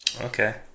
Okay